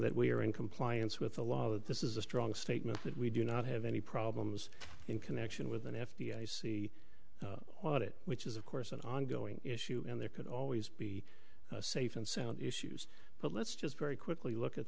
that we are in compliance with the law that this is a strong statement that we do not have any problems in connection with an f b i see audit which is of course an ongoing issue and there could always be safe and sound issues but let's just very quickly look at